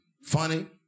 funny